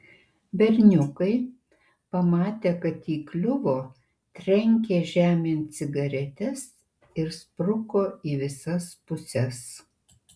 berniukai pamatę kad įkliuvo trenkė žemėn cigaretes ir spruko į visas puses